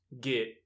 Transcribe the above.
get